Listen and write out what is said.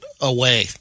away